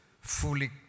fully